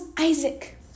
Isaac